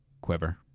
quiver